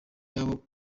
yabo